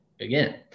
again